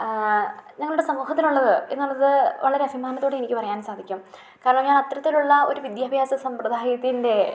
ആ ഞങ്ങളുടെ സമൂഹത്തിലുള്ളത് എന്നുള്ളത് വളരെ അഭിമാനത്തോടെ എനിക്ക് പറയാൻ സാധിക്കും കാരണം ഞാനത്തരത്തിലുള്ള ഒരു വിദ്യാഭ്യാസ സമ്പ്രദായത്തിൻ്റെ